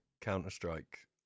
Counter-Strike